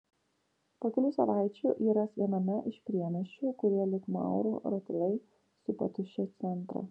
po kelių savaičių jį ras viename iš priemiesčių kurie lyg maurų ratilai supa tuščią centrą